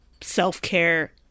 self-care